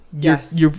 Yes